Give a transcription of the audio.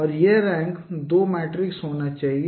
तो यह rank 2 matrix होना चाहिए